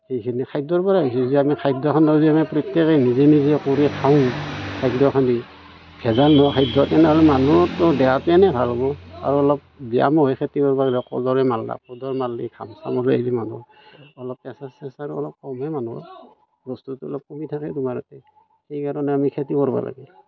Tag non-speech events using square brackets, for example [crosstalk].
সেইখিনি খাদ্যৰ পৰাই হৈছে যে আমি খাদ্য়খনৰ যে আমি [unintelligible] নিজে নিজে কৰোঁ খাই খাদ্য়খিনি [unintelligible] বস্তুটো অলপ কমি থাকে আমাৰ এইকাৰণে আমি খেতি কৰিব লাগে